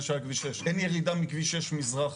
שהיה כביש 6. אין ירידה מכביש 6 מזרחה.